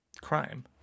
crime